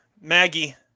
Maggie